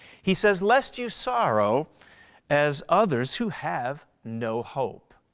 he says lest you sorrow as others who have no hope.